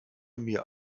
mir